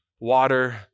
water